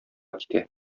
китә